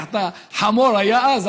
חמור היה אז,